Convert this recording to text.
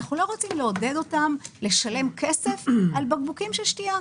אנחנו לא רוצים לעודד אותה לשלם כסף על בקבוקי שתייה.